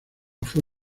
fue